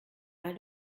weil